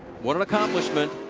what an accomplishment